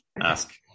ask